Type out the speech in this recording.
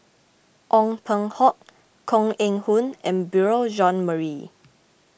Ong Peng Hock Koh Eng Hoon and Beurel Jean Marie